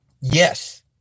Yes